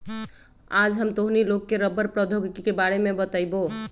आज हम तोहनी लोग के रबड़ प्रौद्योगिकी के बारे में बतईबो